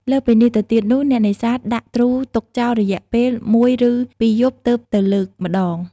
លើសពីនេះទៅទៀតនោះ អ្នកនេសាទដាក់ទ្រូទុកចោលរយៈពេលមួយឬពីរយប់ ទើបទៅលើកម្ដង។